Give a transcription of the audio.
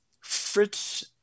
Fritz